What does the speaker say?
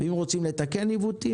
ואם רוצים לתקן את אותם עיוותים,